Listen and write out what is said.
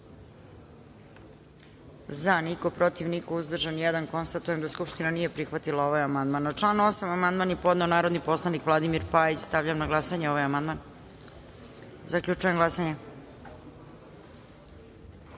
za – niko, protiv – niko, uzdržan – jedan. Konstatujem da Skupština nije prihvatila ovaj amandman. Na član 8. amandman je podneo narodni poslanik Vladimir Pajić. Stavljam na glasanje ovaj amandman. Zaključujem glasanje: